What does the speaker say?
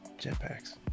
Jetpacks